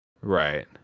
Right